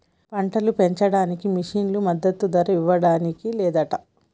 పంటలు పెంచడానికి మిషన్లు మద్దదు ధర ఇవ్వడానికి లేదంట